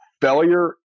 failure